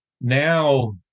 now